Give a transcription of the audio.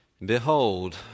Behold